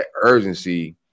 urgency